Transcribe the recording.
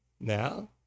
Now